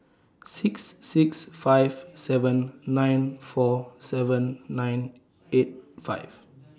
six six five seven nine four seven nine eight five